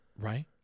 Right